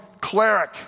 cleric